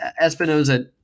Espinoza